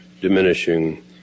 diminishing